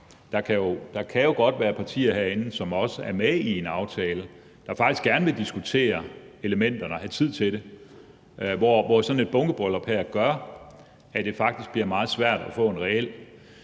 Der kan jo godt være partier herinde, som er med i en aftale, men som faktisk gerne vil diskutere elementerne og have tid til det – hvor sådan et bunkebryllup her gør, at det faktisk bliver meget svært at få en reel